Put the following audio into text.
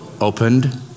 Opened